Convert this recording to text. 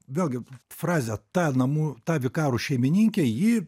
vėlgi frazė ta namų ta vikarų šeimininkė ji